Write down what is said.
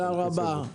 תודה רבה.